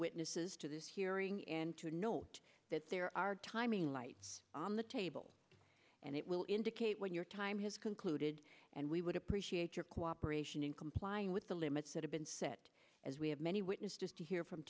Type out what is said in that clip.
witnesses to this hearing and to note that there are timing lights on the table and it will indicate when your time has concluded and we would appreciate your cooperation in complying with the limits that have been set as we have many witness just to hear from